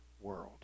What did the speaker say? world